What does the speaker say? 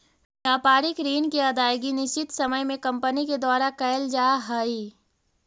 व्यापारिक ऋण के अदायगी निश्चित समय में कंपनी के द्वारा कैल जा हई